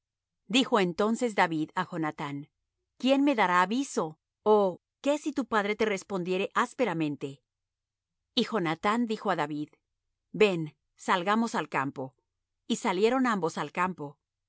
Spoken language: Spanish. dijo entonces david á jonathán quién me dará aviso ó qué si tu padre te respondiere ásperamente y jonathán dijo á david ven salgamos al campo y salieron ambos al campo